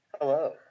Hello